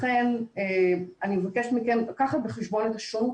לכן אני מבקשת מכם לקחת בחשבון את השונות